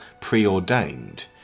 preordained